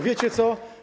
Wiecie co?